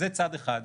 זה צד אחד.